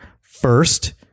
first